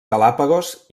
galápagos